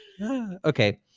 okay